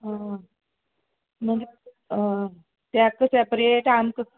मागीर ताका सेपरेट आमकां सेप